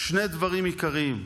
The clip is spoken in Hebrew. שני דברים עיקריים: